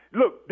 look